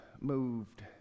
moved